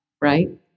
right